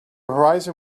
horizon